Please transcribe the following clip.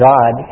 God